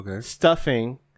stuffing